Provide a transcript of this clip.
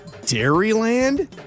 Dairyland